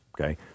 okay